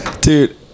Dude